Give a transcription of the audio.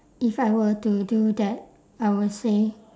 if I were to do that I would say